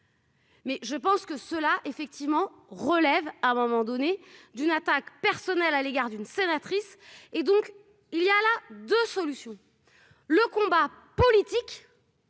Mais je pense que cela effectivement relève, à un moment donné, d'une attaque personnelle à l'égard d'une. Sénatrice et donc il y a là 2 solutions : le combat politique.